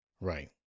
right